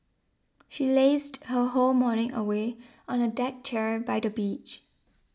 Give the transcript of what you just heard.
she lazed her whole morning away on a deck chair by the beach